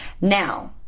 Now